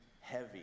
heavy